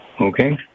okay